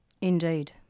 Indeed